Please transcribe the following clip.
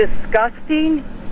disgusting